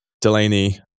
Delaney